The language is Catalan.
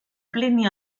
plini